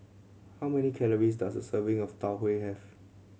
how many calories does a serving of Tau Huay have